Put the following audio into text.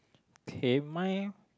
okay mine